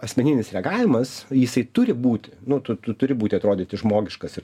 asmeninis reagavimas jisai turi būti nu tu tu turi būti atrodyti žmogiškas ir